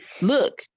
look